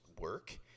work